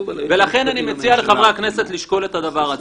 ולכן אני מציע לחברי הכנסת לשקול את הדבר הזה.